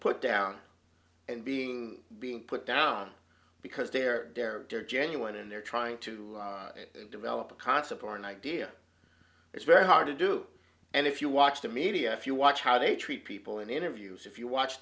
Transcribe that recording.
put down and being being put down because they're there they're genuine and they're trying to develop a concept or an idea it's very hard to do and if you watch the media if you watch how they treat people in interviews if you watch